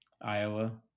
Iowa